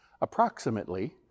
approximately